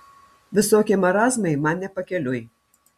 visokie marazmai man ne pakeliui